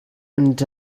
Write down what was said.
and